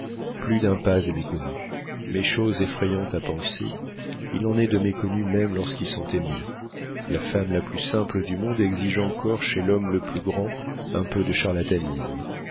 plus d'un paz est méconnu mais chose effrayante à penser il en est de méconnus même lorsqu'ils sont aimés la femme la plus simple du monde exige encore chez l'homme le plus grand un peu de charlatanisme